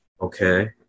Okay